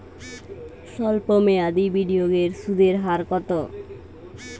সল্প মেয়াদি বিনিয়োগের সুদের হার কত?